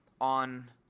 on